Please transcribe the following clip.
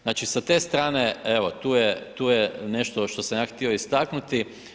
Znači, sa te strane, evo, tu je nešto što sam ja htio istaknuti.